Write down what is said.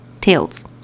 tails